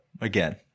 again